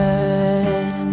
good